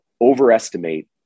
overestimate